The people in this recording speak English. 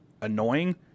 annoying